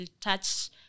touch